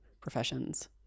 professions